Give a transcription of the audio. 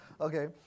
Okay